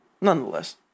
nonetheless